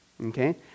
Okay